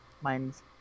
Mine's